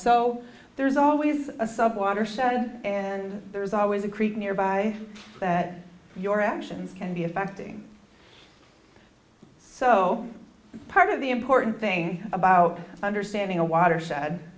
so there's always a sub watershed and there's always a creek nearby that your actions can be affecting so part of the important thing about understanding a watershed